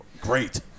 great